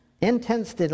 intense